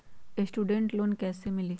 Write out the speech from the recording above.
Student loan कैसे मिली?